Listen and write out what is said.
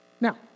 Now